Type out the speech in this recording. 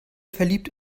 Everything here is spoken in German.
verliebt